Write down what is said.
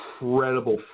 incredible